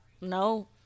No